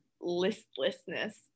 listlessness